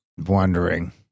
Wondering